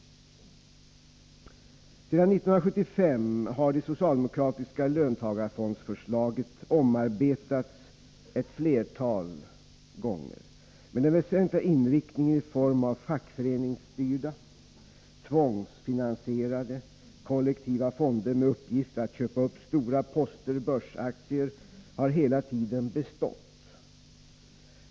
Sedan 1975 har det socialdemokratiska löntagarfondsförslaget omarbetats ett flertal gånger, men den väsentliga inriktningen i form av fackföreningsstyrda, tvångsfinansierade kollektiva fonder med uppgift att köpa upp stora poster börsaktier har hela tiden bestått.